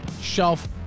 shelf